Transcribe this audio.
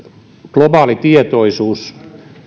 globaali tietoisuus